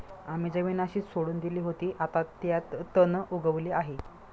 आम्ही जमीन अशीच सोडून दिली होती, आता त्यात तण उगवले आहे